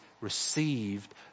received